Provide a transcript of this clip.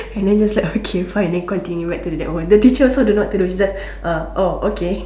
and then just like okay fine then continue back to their own the teacher also don't know what to do she just okay